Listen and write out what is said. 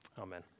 Amen